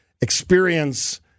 experience